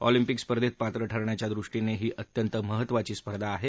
Olympic स्पर्धेत पात्र ठरण्याच्यादृष्टीने ही अत्यंत महत्वाची स्पर्धा आहे